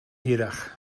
hirach